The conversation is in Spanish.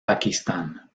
pakistán